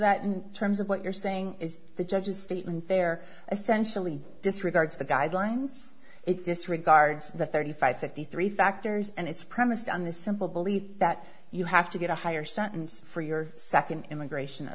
that in terms of what you're saying is the judge's statement there essentially disregards the guidelines it disregards the thirty five fifty three factors and it's premised on the simple belief that you have to get a higher sentence for your second immigration